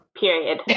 Period